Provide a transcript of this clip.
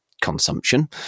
consumption